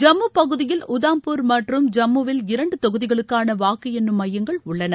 ஜம்மு பகுதியில் உதாம்பூர் மற்றும் ஜம்முவில் இரண்டு தொகுதிகளுக்கான வாக்கு எண்ணும் மையங்கள் உள்ளன